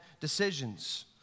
decisions